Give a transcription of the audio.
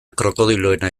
krokodiloena